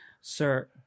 Sir